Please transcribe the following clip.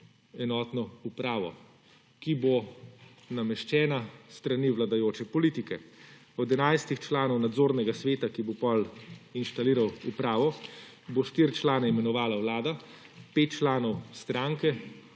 enotno upravo, ki bo nameščena s strani vladajoče politike. Od 11 članov nadzornega sveta, ki bo potem inštaliral upravo bo 4 člane imenovala vlada, 5 članov stranke,